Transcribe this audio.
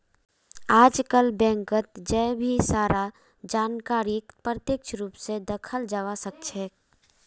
आजकल बैंकत जय भी सारा जानकारीक प्रत्यक्ष रूप से दखाल जवा सक्छे